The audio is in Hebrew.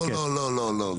לא, לא, לא.